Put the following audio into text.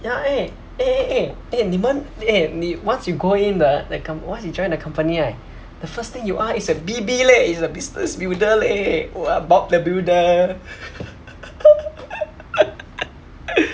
ya eh eh eh eh eh 你们 eh 你 once you go in the the com~ once you join the company right the first thing you are is a B_B leh is a business builder leh !wah! bob the builder